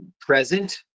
present